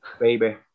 baby